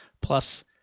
plus